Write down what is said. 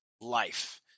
life